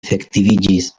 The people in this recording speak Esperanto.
efektiviĝis